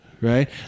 right